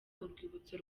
urwibutso